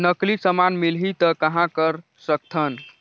नकली समान मिलही त कहां कर सकथन?